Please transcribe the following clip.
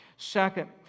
Second